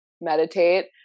meditate